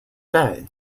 bay